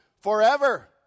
forever